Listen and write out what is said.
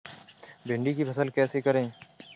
भिंडी की फसल कैसे करें?